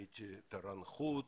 הייתי תורן חוץ,